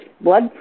blood